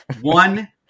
One